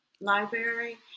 Library